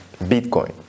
Bitcoin